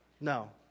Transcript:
No